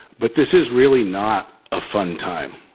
but this is really not a fun time.